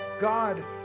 God